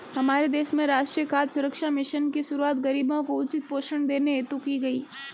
हमारे देश में राष्ट्रीय खाद्य सुरक्षा मिशन की शुरुआत गरीबों को उचित पोषण देने हेतु की गई